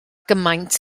gymaint